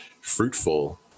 fruitful